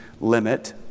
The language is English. limit